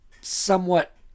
somewhat